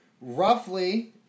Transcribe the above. roughly